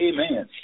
Amen